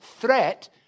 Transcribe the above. threat